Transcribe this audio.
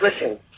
listen